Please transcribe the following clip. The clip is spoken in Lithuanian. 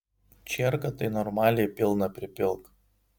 čierką tai normaliai pilną pripilk